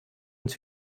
uns